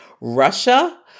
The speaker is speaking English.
Russia